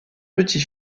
petit